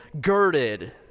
girded